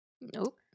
Nope